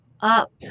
up